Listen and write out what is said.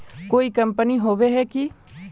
कोई कंपनी होबे है की?